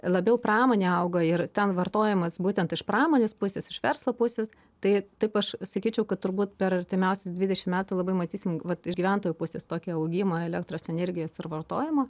labiau pramonė auga ir ten vartojamas būtent iš pramonės pusės iš verslo pusės tai taip aš sakyčiau kad turbūt per artimiausius dvidešim metų labai matysime vat iš gyventojų pusės tokį augimą elektros energijos ir vartojimo